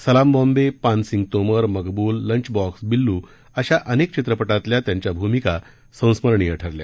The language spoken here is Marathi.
सलाम बॉम्बे पानसिंग तोमर मकबूल लंच बॉक्स बिल्लू अशा अनेक चित्रपटातल्या त्यांच्या भूमिका संस्मरणीय ठरल्या